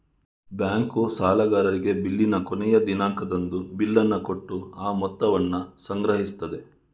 bank ಸಾಲಗಾರರಿಗೆ ಬಿಲ್ಲಿನ ಕೊನೆಯ ದಿನಾಂಕದಂದು ಬಿಲ್ಲನ್ನ ಕೊಟ್ಟು ಆ ಮೊತ್ತವನ್ನ ಸಂಗ್ರಹಿಸ್ತದೆ